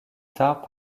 tard